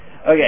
Okay